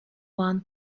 one